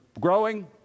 growing